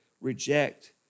reject